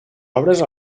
obres